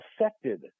affected